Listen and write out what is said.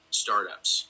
startups